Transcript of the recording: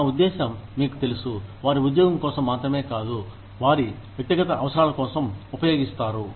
నా ఉద్దేశ్యం మీకు తెలుసు వారి ఉద్యోగం కోసం మాత్రమే కాదు వారి వ్యక్తిగత అవసరాల కోసం ఉపయోగిస్తారు